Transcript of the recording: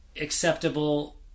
acceptable